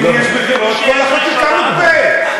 אם יש בחירות כל החקיקה מוקפאת.